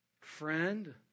friend